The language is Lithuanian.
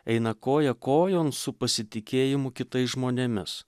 eina koja kojon su pasitikėjimu kitais žmonėmis